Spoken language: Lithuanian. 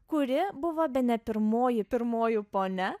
kuri buvo bene pirmoji pirmoji ponia